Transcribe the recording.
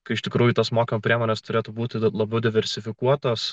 kai iš tikrųjų tos mokymo priemonės turėtų būti labiau diversifikuotos